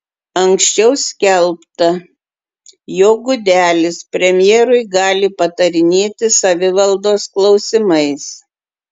anksčiau skelbta jog gudelis premjerui gali patarinėti savivaldos klausimais